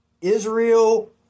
Israel